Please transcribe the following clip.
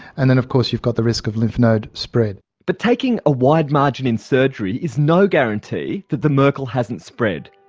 and then of course you've got the risk of node spread. but taking a wide margin in surgery is no guarantee that the merkel hasn't spread,